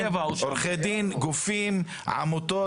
עורכי דין, גופים, עמותות.